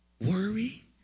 worry